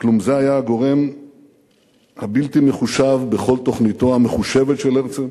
כלום זה היה הגורם הבלתי-מחושב בכל תוכניתו המחושבת של הרצל?